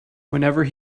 whenever